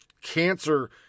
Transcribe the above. cancer